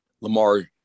Lamar